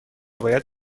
باید